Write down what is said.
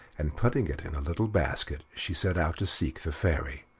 and putting it in a little basket, she set out to seek the fairy.